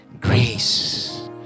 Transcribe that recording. grace